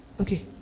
okay